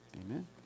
amen